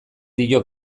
dio